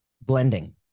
blending